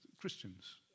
Christians